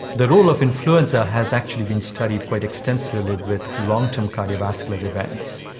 the role of influenza has actually been studied quite extensively with long-term cardiovascular events.